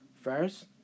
First